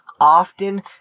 often